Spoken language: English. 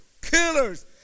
killers